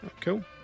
Cool